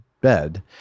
bed